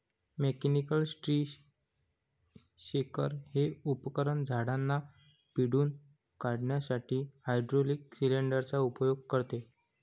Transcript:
mechanical tree shaker हे उपकरण झाडांना पिळून काढण्यासाठी हायड्रोलिक सिलेंडर चा उपयोग करते